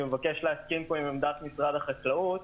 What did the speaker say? מבקש להסכים עם עמדת משרד החקלאות.